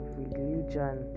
religion